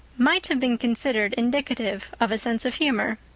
might have been considered indicative of a sense of humor.